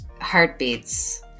Heartbeats